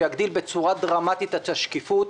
שיגדילו בצורה דרמטית את השקיפות.